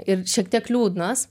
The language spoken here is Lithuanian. ir šiek tiek liūdnos